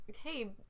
hey